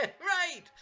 right